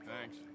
thanks